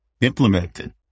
implemented